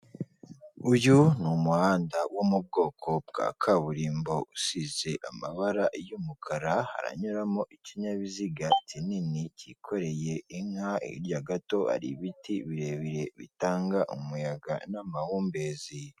Uyu ni umuhanda wo mu bwoko bwa kaburimbo usize amabara y'umukara haranyuramo ikinyabiziga kinini cyikoreye inka, hirya gato hari ibiti birebire bitanga umuyaga n'amahumbezi.